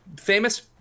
famous